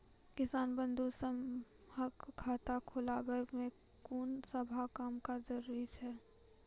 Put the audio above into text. किसान बंधु सभहक खाता खोलाबै मे कून सभ कागजक जरूरत छै?